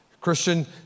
Christian